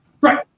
Right